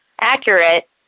accurate